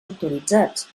autoritzats